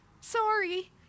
sorry